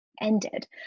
ended